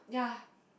yea